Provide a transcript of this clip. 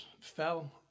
fell